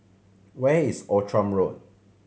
where is Outram Road